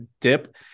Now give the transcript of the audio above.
dip